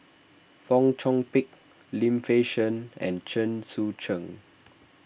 Fong Chong Pik Lim Fei Shen and Chen Sucheng